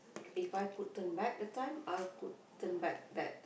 If I could turn back the time I could turn back that